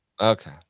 Okay